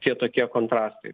tie tokie kontrastai